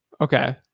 Okay